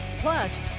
Plus